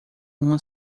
uma